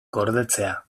gordetzea